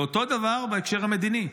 ואותו דבר בהקשר של המדינה.